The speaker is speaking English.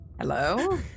Hello